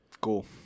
Cool